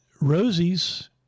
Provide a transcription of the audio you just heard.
Rosie's